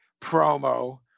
promo